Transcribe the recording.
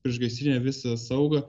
priešgaisrinę visą saugą